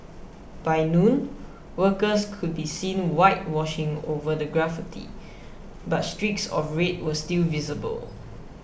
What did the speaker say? by noon workers could be seen whitewashing over the graffiti but streaks of red were still visible